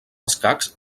escacs